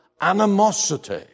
animosity